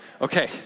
Okay